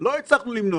שלא הצלחנו למנוע,